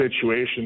situation